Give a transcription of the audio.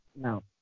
no